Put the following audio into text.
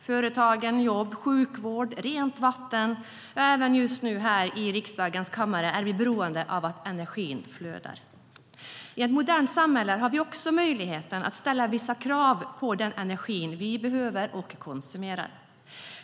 Företagen, jobb, sjukvård, rent vatten - ja, även just nu är vi här i riksdagens kammare beroende av att energin flödar.I ett modernt samhälle har vi också möjlighet att ställa vissa krav på den energi vi behöver och konsumerar.